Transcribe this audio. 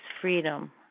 freedom